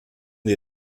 die